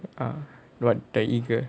ah but the eagle